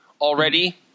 already